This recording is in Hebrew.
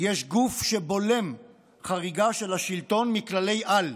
יש גוף שבולם חריגה של השלטון מכללי-על.